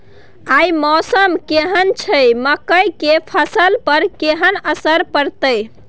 आय मौसम केहन छै मकई के फसल पर केहन असर परतै?